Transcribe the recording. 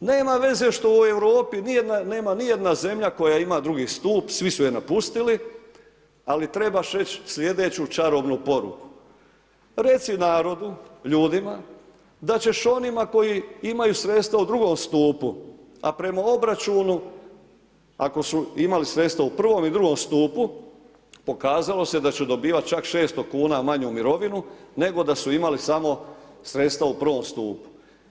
nema veza što u Europi nema nijedna zemlja koja ima drugi stup, svi su je napustili, ali trebaš reći slijedeću čarobnu poruku, reci narodu, ljudima da ćeš onima koji imaju sredstva u drugom stupu, a prema obračunu, ako su imali sredstva u prvom i drugom stupu, pokazalo se da će dobivati čak 600,00 kn manju mirovinu, nego da su imali samo sredstva u prvom stupu.